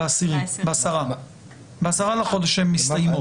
בעשרה לחודש הם יסתיימו.